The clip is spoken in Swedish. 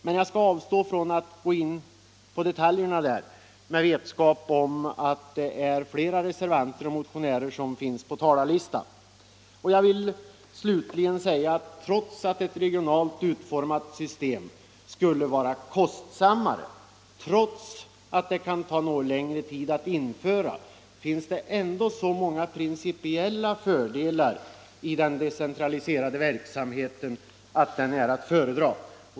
Jag skall dock avstå från att gå in på detaljerna med vetskap om att det är fler reservanter och motionärer som står på talarlistan. Trots att ett regionalt utformat system skulle vara kostsammare, trots att det kan ta något längre tid att införa, finns ändå så många principiella fördelar i den decentraliserade verksamheten att den är att föredra.